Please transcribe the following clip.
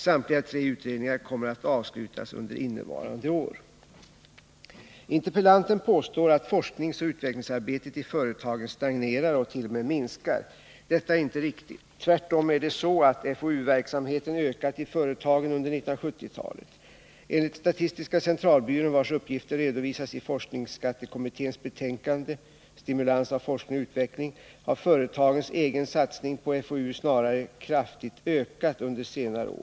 Samtliga tre utredningar kommer att avslutas under innevarande år. Interpellanten påstår att forskningsoch utvecklingsarbetet i företagen stagnerar och t.o.m. minskar. Detta är inte riktigt. Tvärtom är det så att FoU-verksamheten ökat i företagen under 1970-talet. Enligt statistiska centralbyrån, vars uppgifter redovisas i forskningsskattekommitténs betänkande Stimulans av forskning och utveckling, har företagens egen satsning på FoU snarare kraftigt ökat under senare år.